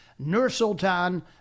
Nursultan